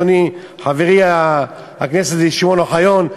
אדוני חברי חבר הכנסת שמעון אוחיון.